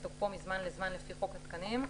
כתוקפו מזמן לזמן לפי חוק התקנים,